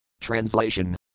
TRANSLATION